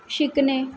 शिकणे